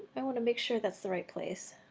i want to make sure that's the right place.